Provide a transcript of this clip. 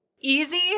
easy